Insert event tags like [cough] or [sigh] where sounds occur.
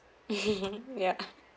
[laughs] ya